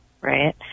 right